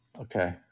Okay